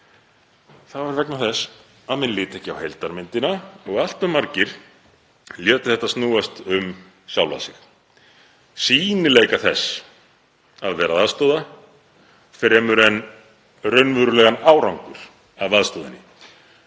Það er vegna þess að menn litu ekki á heildarmyndina og allt of margir létu þetta snúast um sjálfa sig, sýnileika þess að vera að aðstoða fremur en raunverulegan árangur af aðstoðinni.